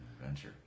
adventure